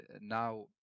now